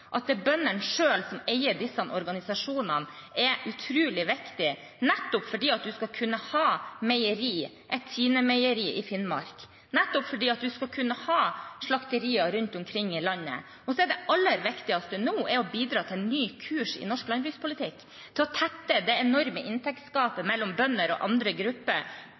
At det er bøndene selv som eier disse organisasjonene, er utrolig viktig, nettopp fordi man skal kunne ha meieri – et Tine-meieri – i Finnmark, og for at man skal kunne ha slakterier rundt omkring i landet. Og så er det aller viktigste nå å bidra til en ny kurs i norsk landbrukspolitikk, til å tette det enorme inntektsgapet mellom bønder og andre grupper